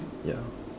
ya